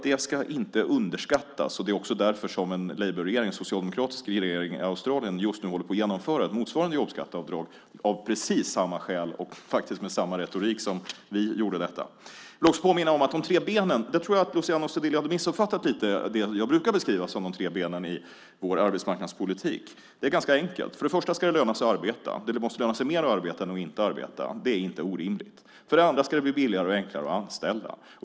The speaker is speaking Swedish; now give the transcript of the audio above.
Det ska inte underskattas. Det är därför som en labourregering, en socialdemokratisk regering, i Australien håller på att genomföra motsvarande jobbskatteavdrag av precis samma skäl och med samma retorik som vi gjorde detta. Jag tror att Luciano Astudillo hade missuppfattat det jag brukar beskriva som de tre benen i vår arbetsmarknadspolitik. Det är ganska enkelt. För det första ska det löna sig att arbeta. Det måste löna sig mer att arbeta än att inte arbeta. Det är inte orimligt. För det andra ska det bli billigare och enklare att anställa.